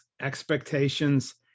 expectations